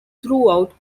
throughout